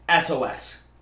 SOS